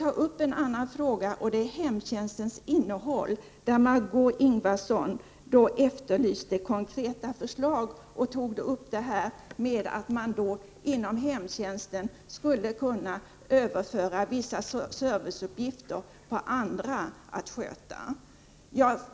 ta upp en annan fråga, hemtjänstens innehåll, där Margö Ingvardsson efterlyste konkreta förslag. Hon tog upp förslaget att inom hemtjänsten överföra vissa serviceuppgifter till andra.